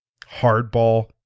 Hardball